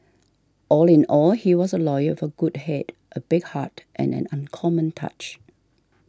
all in all he was a lawyer for a good head a big heart and an uncommon touch